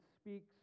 speaks